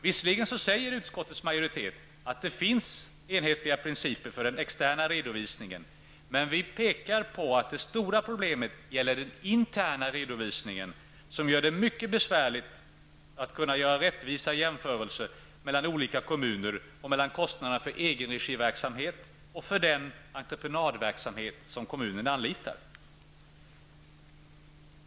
Visserligen säger utskottets majoritet att det finns enhetliga principer för den externa redovisningen, men vi pekar på att det stora problemet gäller den interna redovisningen, som gör det mycket besvärligt att göra rättvisa jämförelser mellan olika kommuner och mellan kostnaderna för egenregiverksamhet och för kommunernas entreprenadverksamhet.